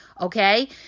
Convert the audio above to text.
Okay